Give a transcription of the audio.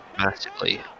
massively